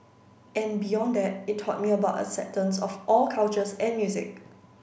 and beyond that it taught me about acceptance of all cultures and music